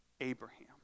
Abraham